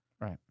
Right